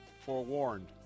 forewarned